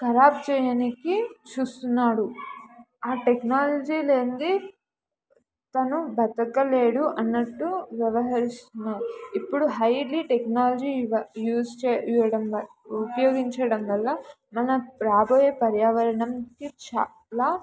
ఖరాబ్ చేయడానికి చూస్తున్నాడు ఆ టెక్నాలజీ లేని తను బతకలేడు అన్నట్టు వ్యవహరిస్తున్నారు ఇప్పుడు హైలీ టెక్నాలజీ యూస్ చేయడం వ ఉపయోగించడం వల్ల మన రాబోయే పర్యావరణంకి చాలా